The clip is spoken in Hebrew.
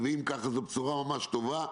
ואם זה כך זאת בשורה ממש טובה,